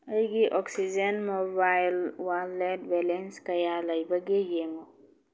ꯑꯩꯒꯤ oxygen mobile wallet balance ꯀꯌꯥ ꯂꯩꯕꯒꯦ ꯌꯦꯡꯉꯨ